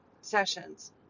sessions